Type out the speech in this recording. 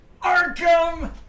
Arkham